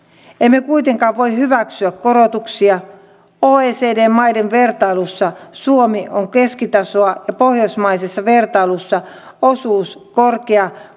emme kuitenkaan voi hyväksyä korotuksia oecd maiden vertailussa suomi on keskitasoa ja pohjoismaisessa vertailussa osuus on korkea